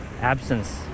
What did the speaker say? absence